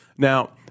Now